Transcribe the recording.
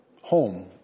home